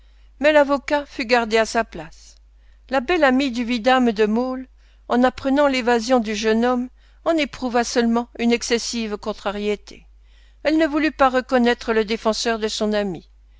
mais l'avocat fut gardé à sa place la belle amie du vidame de maulle en apprenant l'évasion du jeune homme en éprouva seulement une excessive contrariété elle ne voulut pas reconnaître le défenseur de son ami